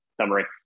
summary